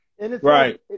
right